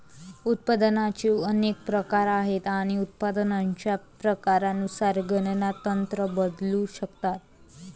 उत्पादनाचे अनेक प्रकार आहेत आणि उत्पादनाच्या प्रकारानुसार गणना तंत्र बदलू शकतात